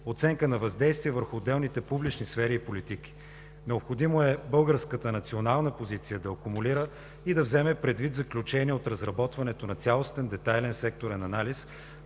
оценка на въздействие върху отделните публични сфери и политики. Необходимо е българската национална позиция да акумулира и да вземе предвид заключението от разработването на цялостен детайлен секторен анализ,